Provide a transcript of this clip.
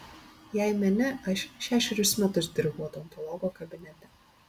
jei meni aš šešerius metus dirbau odontologo kabinete